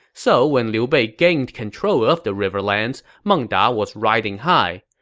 so when liu bei gained control of the riverlands, meng da was riding high.